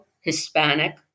Hispanic